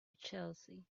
chelsea